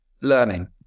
learning